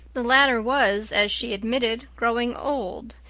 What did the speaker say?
the latter was, as she admitted, growing old,